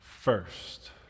First